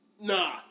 Nah